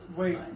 wait